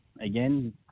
again